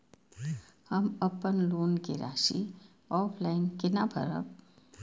हम अपन लोन के राशि ऑफलाइन केना भरब?